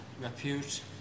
repute